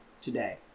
Today